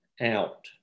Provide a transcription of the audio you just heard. out